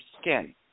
skin